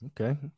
okay